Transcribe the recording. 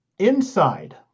Inside